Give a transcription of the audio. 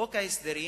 חוק ההסדרים